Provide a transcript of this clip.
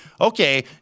okay